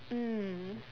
mm